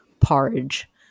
porridge